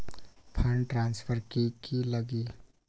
Fund transfer कि की लगी?